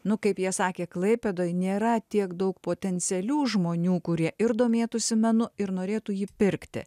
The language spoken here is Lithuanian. nu kaip jie sakė klaipėdoj nėra tiek daug potencialių žmonių kurie ir domėtųsi menu ir norėtų jį pirkti